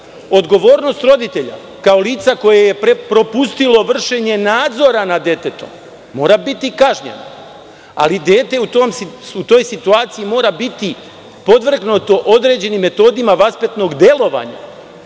Odgovornost roditelja kao lica koje je propustilo vršenje nadzora nad detetom mora biti kažnjeno. Dete u toj situaciji mora biti podvrgnuto određenim metodima vaspitnog delovanja,